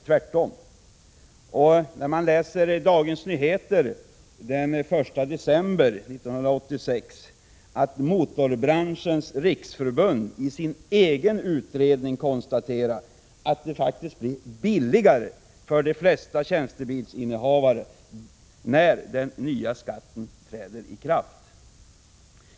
Tvärtom kan man läsa i Dagens Nyheter den 1 december 1986 att Motorbranschens riksförbund i sin egen utredning konstaterar att det faktiskt blir billigare för de flesta tjänstebilsinnehavare när den nya skatten träder i kraft.